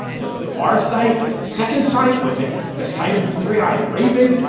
was it far sight? was it second sight? was it the sight of the three eyed raven?